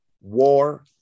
war